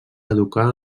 educar